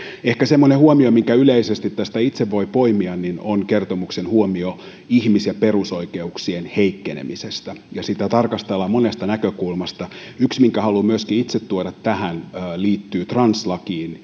ehkä semmoinen huomio minkä yleisesti tästä itse voi poimia on kertomuksen huomio ihmis ja perusoikeuksien heikkenemisestä ja sitä tarkastellaan monesta näkökulmasta yksi minkä haluan myöskin itse tuoda tähän liittyy translakiin